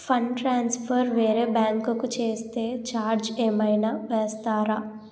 Fund transfer వేరే bank కి చేస్తే ఛార్జ్ ఏమైనా వేస్తారా?